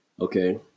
Okay